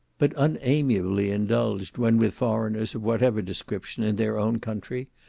but unamiably indulged when with foreigners, of whatever description, in their own country,